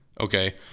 Okay